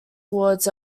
toward